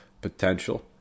potential